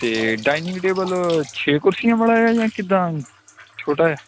ਅਤੇ dining table ਛੇ ਕੁਰਸੀਆਂ ਵਾਲਾ ਆ ਜਾਂ ਕਿੱਦਾਂ ਛੋਟਾ ਆ